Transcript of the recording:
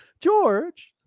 George